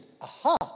aha